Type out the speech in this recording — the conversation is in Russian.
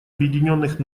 объединенных